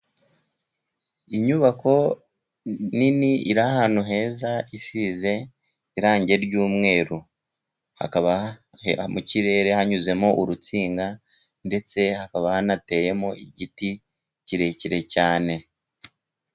Inyubako nini iri ahantu heza isize irangi ry'umweru. Mu kirere hanyuzemo urutsinga ndetse hakaba hanateyemo igiti kirekire cyane.